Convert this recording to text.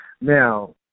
Now